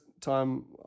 time